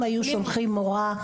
אם היו שולחים מורה,